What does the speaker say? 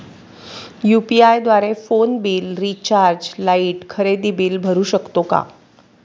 UPI द्वारे phone bill, recharge, light, खरेदी bill भरू शकतो का?